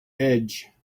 edge